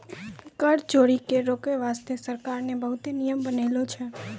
कर चोरी के रोके बासते सरकार ने बहुते नियम बनालो छै